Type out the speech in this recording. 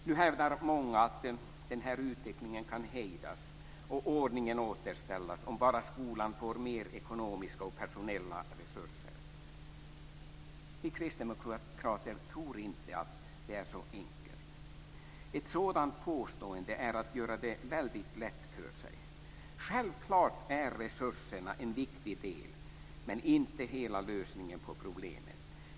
Nu hävdar många att den här utvecklingen kan hejdas och ordningen återställas om bara skolan får mer ekonomiska och personella resurser. Vi kristdemokrater tror inte att det är så enkelt. Att påstå en sådan sak är att göra det väldigt lätt för sig. Resurserna är självfallet en viktig del, men inte hela lösningen på problemet.